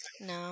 No